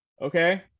Okay